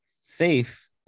safe